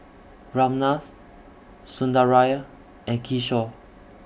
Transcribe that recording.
Ramnath Sundaraiah and Kishore